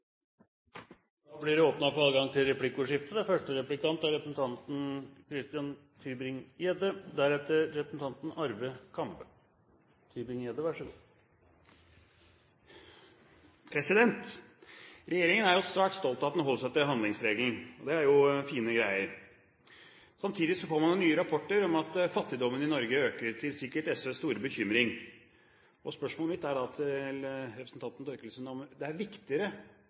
blir åpnet for adgang til replikkordskifte. Regjeringen er svært stolt av at den holder seg til handlingsregelen. Det er jo fine greier. Samtidig får man nye rapporter om at fattigdommen i Norge øker, sikkert til SVs store bekymring. Spørsmålet mitt er da til representanten